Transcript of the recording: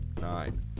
Nine